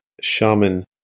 shaman